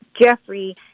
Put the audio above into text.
Jeffrey